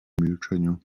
milczeniu